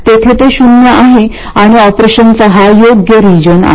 येथे ते शून्य आहे आणि ऑपरेशनचा हा योग्य रिजन आहे